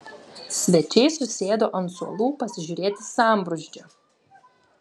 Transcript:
svečiai susėdo ant suolų pasižiūrėti sambrūzdžio